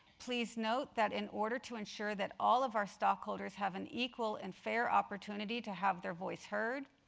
please note that in order to ensure that all of our stockholders have an equal and fair opportunity to have their voice heard,